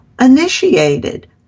initiated